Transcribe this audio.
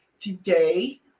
Today